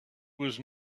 was